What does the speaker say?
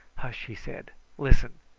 hush! he said. listen!